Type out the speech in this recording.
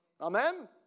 Amen